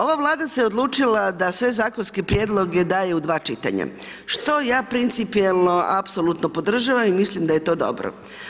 Ova Vlada se odlučila da sve zakonske prijedloge daje u dva čitanja, što ja principijelno apsolutno podržavam i mislim da je to dobro.